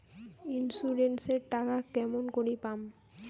Insurance এর টাকা কেমন করি পাম?